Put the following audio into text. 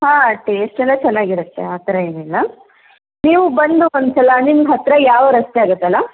ಹಾಂ ಟೇಸ್ಟ್ ಎಲ್ಲ ಚೆನ್ನಾಗಿರತ್ತೆ ಆ ಥರ ಏನಿಲ್ಲ ನೀವೂ ಬಂದು ಒಂದು ಸಲ ನಿಮ್ಗೆ ಹತ್ತಿರ ಯಾವ ರಸ್ತೆ ಆಗುತ್ತಲ್ಲ